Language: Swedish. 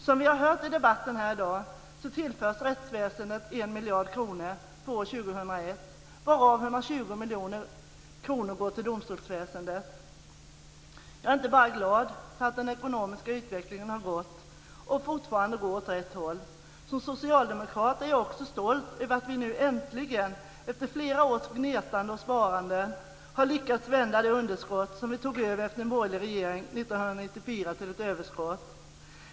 Som vi har hört i debatten här i dag tillförs rättsväsendet 1 miljard kronor för år 2001. 120 miljoner kronor av dessa går till domstolsväsendet. Jag är inte bara glad för att den ekonomiska utvecklingen har gått, och fortfarande går, åt rätt håll. Som socialdemokrat är jag också stolt över att vi nu äntligen, efter fler års gnetande och sparande, har lyckats vända det underskott som vi tog över efter en borgerlig regering 1994 till ett överskott.